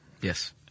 Yes